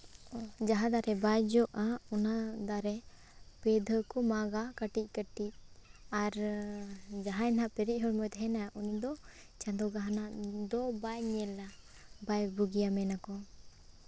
ᱡᱟᱦᱟᱸ ᱫᱟᱨᱮ ᱵᱟᱭ ᱡᱚᱜᱼᱟ ᱚᱱᱟ ᱫᱟᱨᱮ ᱯᱮ ᱫᱷᱟᱹᱣ ᱠᱚ ᱢᱟᱜᱟ ᱠᱟᱹᱴᱤᱡᱽᱼᱠᱟᱹᱴᱤᱡᱽ ᱟᱨ ᱡᱟᱦᱟᱸᱭ ᱦᱟᱸᱜ ᱯᱮᱨᱮᱡᱽ ᱦᱚᱲᱢᱚᱭ ᱛᱟᱦᱮᱱᱟ ᱩᱱᱤᱫᱚ ᱪᱟᱸᱫᱳ ᱜᱟᱦᱱᱟᱜ ᱫᱚ ᱵᱟᱭ ᱧᱮᱞᱟ ᱵᱟᱭ ᱵᱩᱜᱤᱭᱟ ᱢᱮᱱᱟᱠᱚ